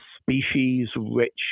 species-rich